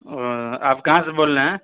او آپ کہاں سے بول رہے ہیں